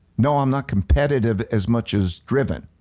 no i'm not competitive as much as driven.